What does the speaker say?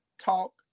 talk